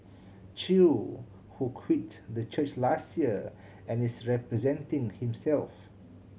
chew who quit the church last year and is representing himself